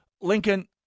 Lincoln